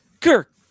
Kirk